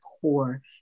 core